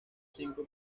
cinco